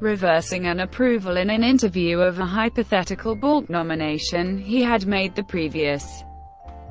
reversing an approval in an interview of a hypothetical bork nomination he had made the previous